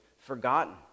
forgotten